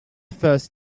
first